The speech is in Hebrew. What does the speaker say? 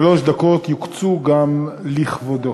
שלוש דקות יוקצו גם לכבודו.